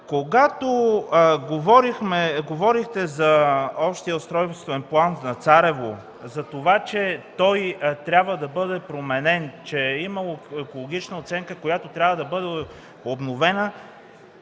Когато говорихте за общ устройствен план на Царево, че той трябва да бъде променен, че имало екологична оценка, която трябва да бъде обновена,